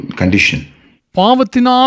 condition